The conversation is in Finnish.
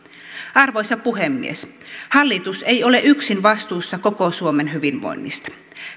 arvoisa puhemies hallitus ei ole yksin vastuussa koko suomen hyvinvoinnista